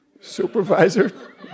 Supervisor